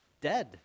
dead